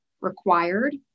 required